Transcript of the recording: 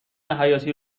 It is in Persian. حیاتی